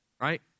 right